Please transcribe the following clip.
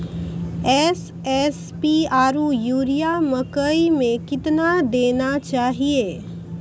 SSP आरु urea मकई मे कितना देना चाहिए?